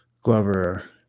Glover